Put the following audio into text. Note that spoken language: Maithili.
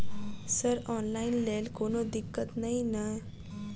सर ऑनलाइन लैल कोनो दिक्कत न ई नै?